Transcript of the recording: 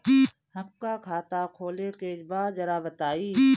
हमका खाता खोले के बा जरा बताई?